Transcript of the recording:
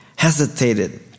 hesitated